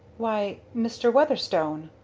why mr. weatherstone,